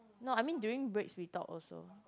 no I mean during breaks we talk also